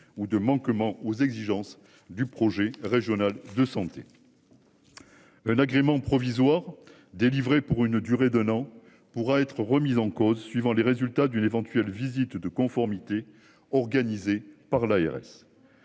ou de manquements aux exigences du projet régional de santé. Un agrément provisoire délivrée pour une durée d'un an, pourra être remise en cause, suivant les résultats d'une éventuelle visite de conformité organisée par l'ARS.